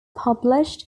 published